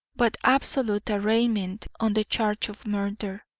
but absolute arraignment on the charge of murder.